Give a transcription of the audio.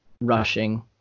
rushing